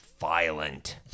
violent